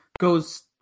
goes